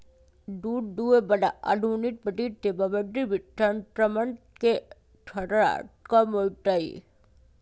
दूध दुहे बला आधुनिक मशीन से मवेशी में संक्रमण के खतरा कम होई छै